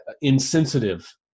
insensitive